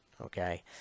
okay